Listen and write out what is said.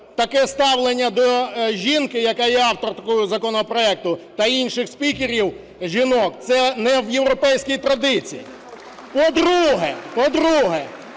таке ставлення до жінки, яка є авторкою законопроекту, та інших спікерів-жінок, це не в європейській традиції. По-друге, стосовно